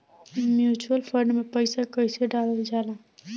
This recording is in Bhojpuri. म्यूचुअल फंड मे पईसा कइसे डालल जाला?